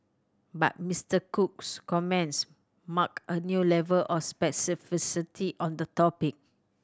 but Mister Cook's comments marked a new level of specificity on the topic